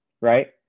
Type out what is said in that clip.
right